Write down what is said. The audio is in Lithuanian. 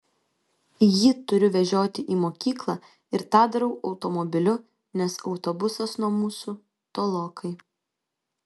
jį turiu vežioti į mokyklą ir tą darau automobiliu nes autobusas nuo mūsų tolokai